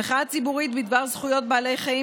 המחאה הציבורית בדבר זכויות בעלי חיים